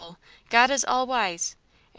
god is all-wise.